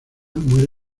muere